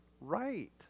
right